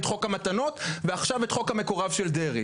את חוק המתנות ועכשיו את חוק המקורב של דרעי.